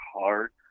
hard